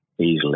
easily